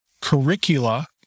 Curricula